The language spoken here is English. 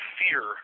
fear